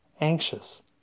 anxious